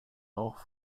auch